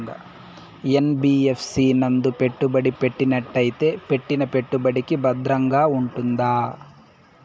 NBFC నందు పెట్టుబడి పెట్టినట్టయితే పెట్టిన పెట్టుబడికి భద్రంగా ఉంటుందా?